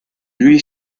lui